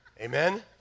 Amen